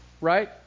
right